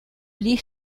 lee